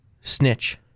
Snitch